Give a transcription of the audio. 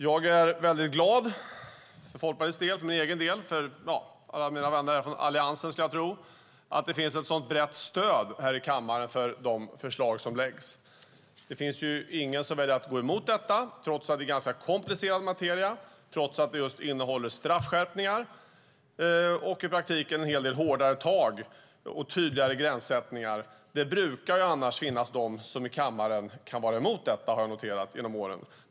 Jag är glad för Folkpartiets del, för min egen del och för alla mina vänner från Alliansens del att det finns ett så brett stöd i kammaren för de förslag som läggs fram här. Det finns ingen som väljer att gå emot, trots komplicerad materia, trots straffskärpningar och i praktiken en hel del hårdare tag och tydligare gränssättningar. Det brukar annars finnas de här i kammaren som är emot detta, har jag noterat genom åren.